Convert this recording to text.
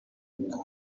dream